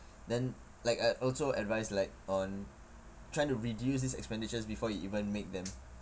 then like I also advise like on trying to reduce these expenditures before you even make them